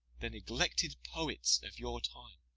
the neglected poets of your time,